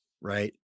right